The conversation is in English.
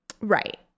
Right